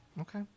Okay